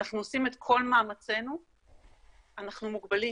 אנחנו עושים את כל מאמצינו, אבל אנחנו מוגבלים.